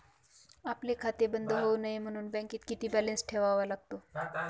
आपले खाते बंद होऊ नये म्हणून बँकेत किती बॅलन्स ठेवावा लागतो?